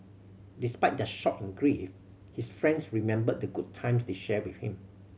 despite their shock and grief his friends remembered the good times they shared with him